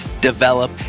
develop